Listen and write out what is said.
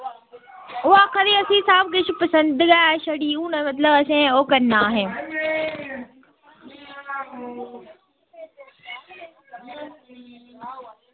ओह् आक्खा दे असेंगी सब किश पसंद गै छड़ी हून मतलब असें ओह् करना अहें